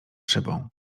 szybą